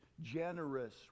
generous